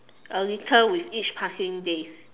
a little with each passing days